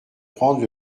prendre